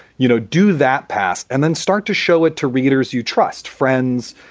you know, do that past and then start to show it to readers. you trust friends,